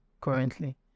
currently